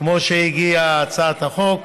כמו שהציעה הצעת החוק.